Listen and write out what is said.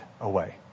away